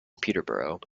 peterborough